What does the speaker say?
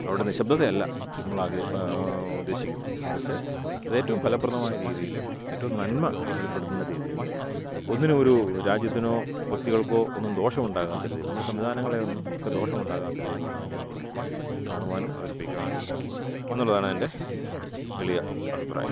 അവിടെ നിശബ്ദതയല്ല നമ്മൾ ഇപ്പോൾ ഉദ്ദേശിക്കുന്നത് മറിച്ച് അത് ഏറ്റവും ഫലപ്രദമായ രീതിയിൽ ഏറ്റവും നന്മ വെളിപ്പെടുത്തുന്ന രീതിയിൽ ഒന്നിനും ഒരു രാജ്യത്തിനോ വ്യക്തികൾക്കോ ഒന്നും ദോഷമുണ്ടാകാത്ത രീതിയിൽ നമ്മുടെ സംവിധാനങ്ങളെ ഒക്കെ ദോഷമുണ്ടാകാത്ത രീതിയിൽ വേണം അതിനെ നമ്മൾ കാണുവാനും അവതരിപ്പിക്കുവാനും എന്നുള്ളതാണ് എന്റെ എളിയ അഭിപ്രായം